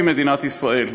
היא מדינת ישראל.